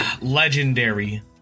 legendary